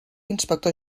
inspector